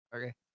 Okay